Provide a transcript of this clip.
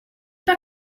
pas